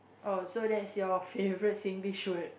oh so that's your favourite Singlish word